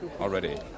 Already